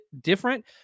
different